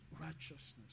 righteousness